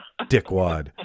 dickwad